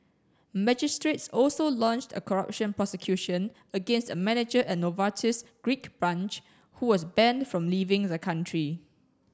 magistrates also launched a corruption prosecution against a manager at Novartis's Greek branch who was banned from leaving the country